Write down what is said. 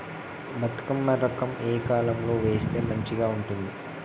బతుకమ్మ రకం ఏ కాలం లో వేస్తే మంచిగా ఉంటది?